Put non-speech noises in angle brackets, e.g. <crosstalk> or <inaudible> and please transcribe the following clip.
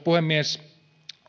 <unintelligible> puhemies